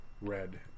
red